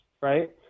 right